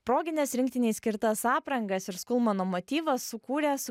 progines rinktinei skirtas aprangas ir skulmano motyvą sukūrė su